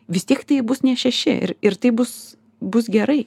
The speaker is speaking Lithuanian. vis tiek tai bus ne šeši ir ir taip bus bus gerai